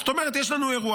זאת אומרת שיש לנו אירוע,